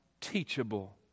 teachable